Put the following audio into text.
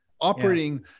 operating